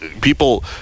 people